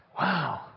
Wow